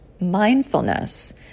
Mindfulness